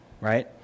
right